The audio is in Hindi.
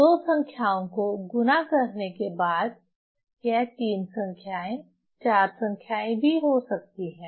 2 संख्याओं को गुणा करने के बाद यह 3 संख्याएँ 4 संख्याएँ भी हो सकती हैं